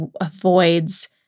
avoids